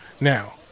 now